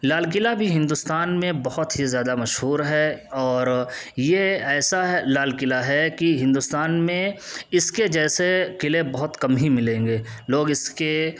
لال قلعہ بھی ہندوستان میں بہت ہی زیادہ مشہور ہے اور یہ ایسا ہے لال قلعہ ہے کہ ہندوستان میں اس کے جیسے قلعے بہت کم ہی ملیں گے لوگ اس کے